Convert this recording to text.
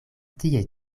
tie